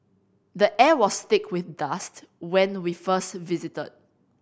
the air was thick with dust when we first visited